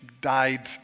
died